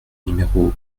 numéros